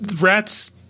rats